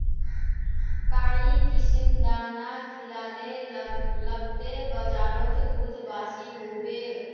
काई किसम दाना खिलाले लगते बजारोत दूध बासी होवे?